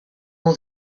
all